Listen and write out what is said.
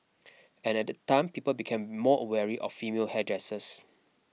at that that time people became more of female hairdressers